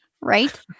Right